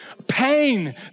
pain